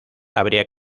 habría